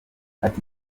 ati